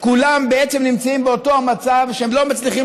כולם בעצם נמצאים באותו מצב שהם לא מצליחים